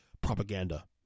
propaganda